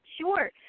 Sure